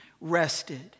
rested